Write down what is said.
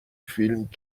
فیلم